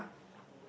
ya